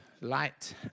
Light